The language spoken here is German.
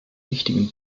wichtigen